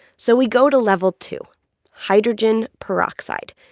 so we go to level two hydrogen peroxide.